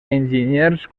enginyers